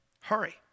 hurry